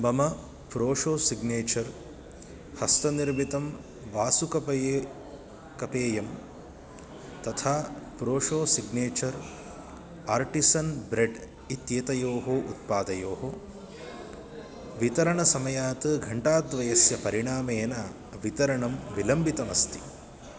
मम Frosho signature हस्तनिर्मितं वासुकपेयं पेयं तथा फ़्रोशो सिग्नेचर् आर्टिसन् ब्रेड् इत्येतयोः उत्पादयोः वितरणसमयात् घण्टाद्वयस्य परिणामेन वितरणं विलम्बितमस्ति